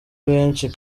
benshi